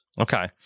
Okay